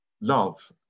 love